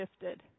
shifted